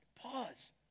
Pause